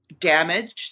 damaged